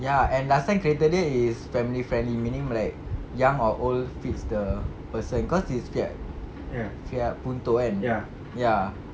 ya and last time kereta dia is family friendly meaning like young or old fits the person cause it's Fiat Fiat punto kan ya